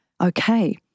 okay